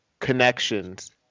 Connections